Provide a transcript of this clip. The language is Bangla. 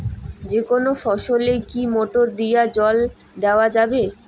যেকোনো ফসলে কি মোটর দিয়া জল দেওয়া যাবে?